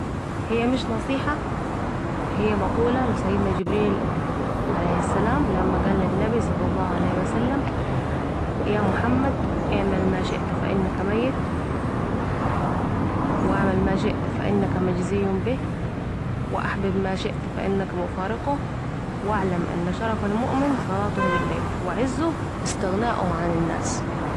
هي مش نصيحه هو كلام سيدنا جبريل عليه السلام لما قال للنبي صل الله عليه وسلم ، يا محمد أعمل ما شئت فأنك ميت و أعمل ما شئت فأنك مجزي به و احبب ما شئت فانك مفارقة ، و أعلم أن شرف المؤمن صلاته بالليل ، و عزه استغناؤه عن الناس